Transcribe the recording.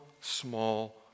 small